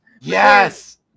Yes